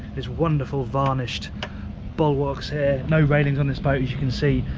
there's wonderful varnished bulwalks here, no railings on this boat as you can see,